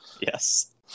Yes